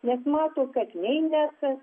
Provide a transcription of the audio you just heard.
nes mato kad jei nesa